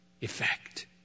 effect